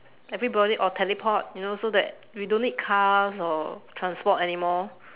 everybody or teleport you know so that we don't need cars or transport anymore